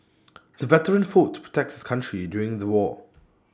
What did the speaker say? the veteran fought to protect his country during the war